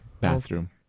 bathroom